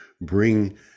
bring